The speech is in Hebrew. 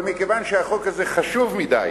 אבל מכיוון שהחוק הזה חשוב מדי,